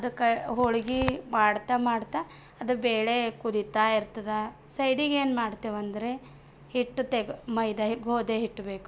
ಅದಕ್ಕಾ ಹೋಳಿಗೆ ಮಾಡ್ತಾ ಮಾಡ್ತಾ ಅದು ಬೇಳೆ ಕುದೀತಾಯಿರ್ತದೆ ಸೈಡಿಗೆ ಏನು ಮಾಡ್ತೇವೆ ಅಂದರೆ ಹಿಟ್ಟು ತೆಗ್ ಮೈದಾ ಗೋಧಿ ಹಿಟ್ಟು ಬೇಕು